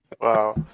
Wow